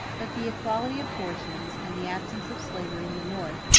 but the equality of fortunes, and the absence of slavery in the north,